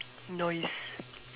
nice